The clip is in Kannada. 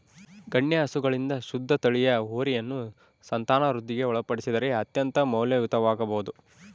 ಗಣ್ಯ ಹಸುಗಳಿಂದ ಶುದ್ಧ ತಳಿಯ ಹೋರಿಯನ್ನು ಸಂತಾನವೃದ್ಧಿಗೆ ಒಳಪಡಿಸಿದರೆ ಅತ್ಯಂತ ಮೌಲ್ಯಯುತವಾಗಬೊದು